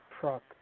truck